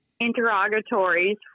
Interrogatories